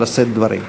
לשאת דברים.